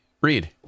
read